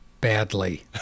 Badly